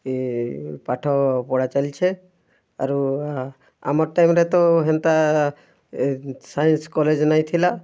ହି ପାଠ ପଢ଼ା ଚାଲିଛେ ଆରୁ ଆମର୍ ଟାଇମ୍ରେ ତ ହେନ୍ତା ସାଇନ୍ସ କଲେଜ୍ ନାଇଁ ଥିଲା